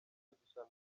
umugisha